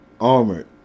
armored